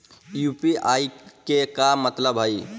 UPI के का मतलब हई?